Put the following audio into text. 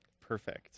Perfect